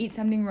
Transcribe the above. ya